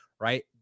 Right